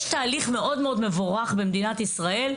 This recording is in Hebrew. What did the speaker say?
יש תהליך מאוד מבורך במדינת ישראל,